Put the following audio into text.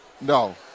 No